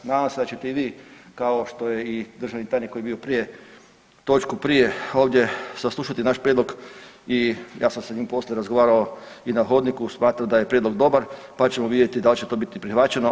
Nadam se da ćete i vi kao što je i državni tajnik koji je bio prije točku prije ovdje saslušati naš prijedlog i ja sam sa njim poslije razgovarao i na hodniku, smatram da je prijedlog dobar pa ćemo vidjeti da li će to biti prihvaćeno.